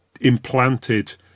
implanted